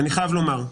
אני חייב לומר,